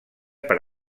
per